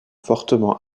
fortement